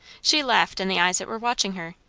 she laughed in the eyes that were watching her,